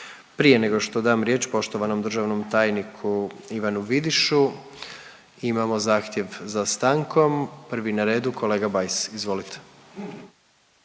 Prije nego što dam riječ poštovanom državnom tajniku Ivanu Vidišu imamo zahtjev za stankom. Prvi na redu kolega Bajs. Izvolite.